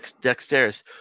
dexterous